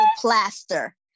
Plaster